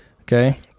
okay